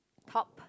top